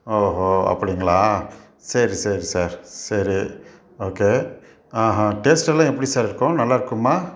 ஓஹோ அப்படிங்களா சரி சரி சார் சரி ஓகே ஆ ஆ டேஸ்ட்டெல்லாம் எப்படி சார் இருக்கும் நல்லாயிருக்குமா